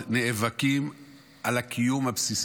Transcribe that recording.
נאבקים על הקיום הבסיסי שלהם.